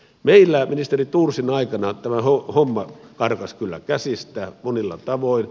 meillä ministeri thorsin aikana tämä homma karkasi kyllä käsistä monilla tavoin